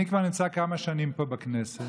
אני כבר נמצא כמה שנים פה בכנסת.